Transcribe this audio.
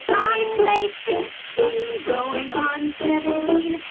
i play sixteen going on seventeen,